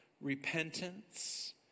repentance